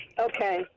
Okay